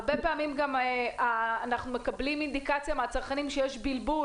הרבה פעמים גם אנחנו מקבלים אינדיקציה מהצרכנים שיש בלבול